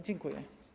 Dziękuję.